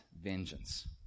vengeance